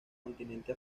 continente